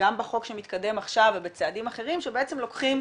גם בחוק שמתקדם עכשיו ובצעדים אחרים שבעצם לוקחים